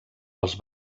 els